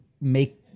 make